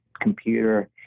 computer